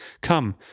Come